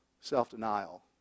self-denial